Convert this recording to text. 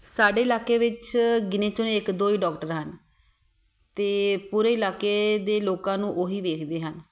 ਸਾਡੇ ਇਲਾਕੇ ਵਿੱਚ ਗਿਣੇ ਚੁਣੇ ਇੱਕ ਦੋ ਹੀ ਡੌਕਟਰ ਹਨ ਅਤੇ ਪੂਰੇ ਇਲਾਕੇ ਦੇ ਲੋਕਾਂ ਨੂੰ ਉਹੀ ਵੇਖਦੇ ਹਨ